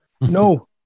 No